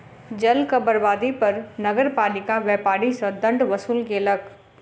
जलक बर्बादी पर नगरपालिका व्यापारी सॅ दंड वसूल केलक